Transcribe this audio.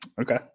Okay